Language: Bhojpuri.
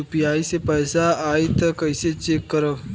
यू.पी.आई से पैसा आई त कइसे चेक करब?